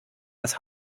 das